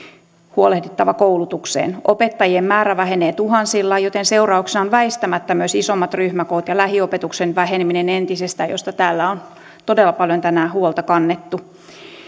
huolehdittava koulutukseen opettajien määrä vähenee tuhansilla joten seurauksena on väistämättä myös isommat ryhmäkoot ja lähiopetuksen väheneminen entisestään mistä täällä on todella paljon tänään huolta kannettu